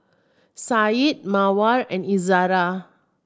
Said Mawar and Izzara